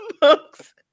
books